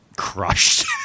crushed